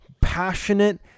passionate